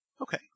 Okay